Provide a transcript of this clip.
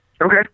Okay